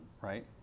right